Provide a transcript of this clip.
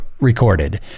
recorded